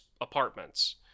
apartments